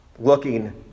looking